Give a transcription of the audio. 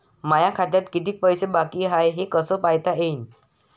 माया खात्यात कितीक पैसे बाकी हाय हे कस पायता येईन?